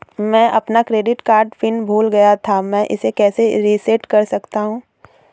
मैं अपना credit card pin भूल गया था मैं इसे कैसे रीसेट कर सकता हूँ?